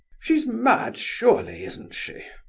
she's mad surely, isn't she?